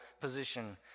position